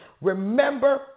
Remember